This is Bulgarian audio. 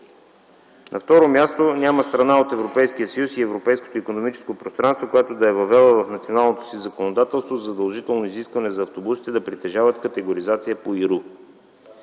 На второ място, няма страна от Европейския съюз и Европейското икономическо пространство, която да е въвела в националното си законодателство задължително изискване за автобусите да притежават категоризация по IRU.